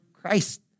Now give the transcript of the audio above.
Christ